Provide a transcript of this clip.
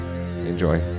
enjoy